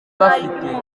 bafite